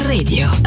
Radio